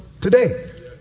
today